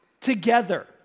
together